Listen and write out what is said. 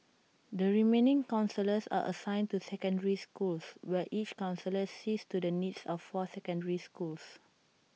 the remaining counsellors are assigned to secondary schools where each counsellor sees to the needs of four secondary schools